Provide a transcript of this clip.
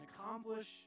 accomplish